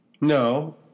No